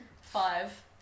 Five